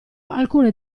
alcune